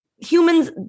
humans